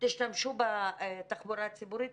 תשתמשו בתחבורה הציבורית,